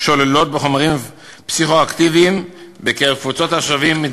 שוללות חומרים פסיכו-אקטיביים בקבוצת השווים.